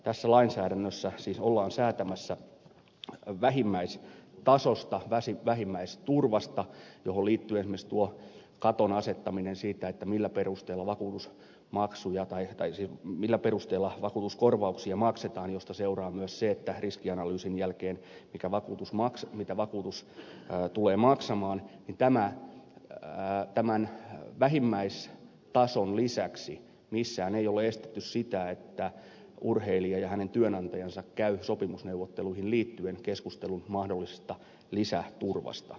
tässä lainsäädännössä siis ollaan säätämässä vähimmäistasosta vähimmäisturvasta johon liittyy esimerkiksi tuon katon asettaminen siitä että millä perusteella vakuus maksuja vaihtaisi millä perusteella vakuutuskorvauksia maksetaan mistä seuraa myös se että sen riskianalyysin jälkeen mitä vakuutus tulee maksamaan tämän vähimmäistason lisäksi missään ei ole estetty sitä että urheilija ja hänen työnantajansa käyvät sopimusneuvotteluihin liittyen keskusten mahdollisesta lisäturvasta